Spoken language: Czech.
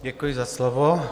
Děkuji za slovo.